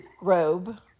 robe